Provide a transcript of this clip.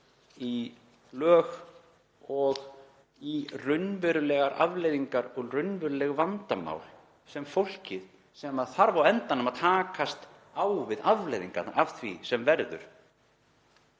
í lög og í raunverulegar afleiðingar og raunveruleg vandamál sem fólkið, sem þarf á endanum að takast á við afleiðingarnar af því sem verða